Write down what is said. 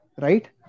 right